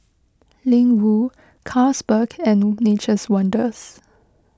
Ling Wu Carlsberg and Nature's Wonders